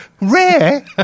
rare